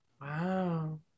Wow